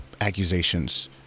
Accusations